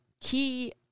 key